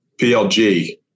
PLG